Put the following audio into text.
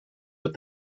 with